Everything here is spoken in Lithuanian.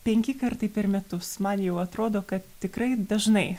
penki kartai per metus man jau atrodo kad tikrai dažnai